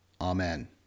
Amen